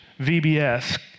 VBS